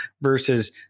versus